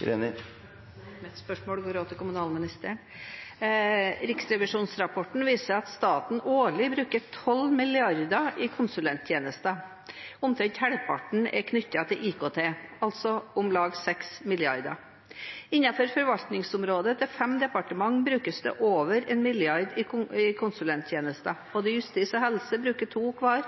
Greni – til oppfølgingsspørsmål. Mitt spørsmål går også til kommunalministeren. Riksrevisjonsrapporten viser at staten årlig bruker 12 mrd. kr til konsulenttjenester, omtrent halvparten er knyttet til IKT, altså om lag 6 mrd. kr. Innenfor forvaltningsområdet til fem departement brukes det over 1 mrd. kr til konsulenttjenester – justis og helse bruker 2 mrd. kr